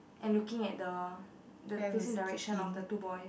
and looking at the the facing direction of the two boys